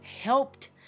helped